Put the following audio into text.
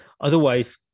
Otherwise